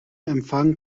empfang